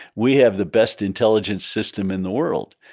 we have the best intelligence system in the world.